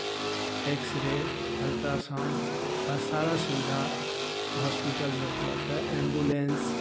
x ray ultrasound का सारा सुविधा हॉस्पिटल में उपलब्ध है एम्बुलेंस